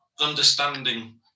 understanding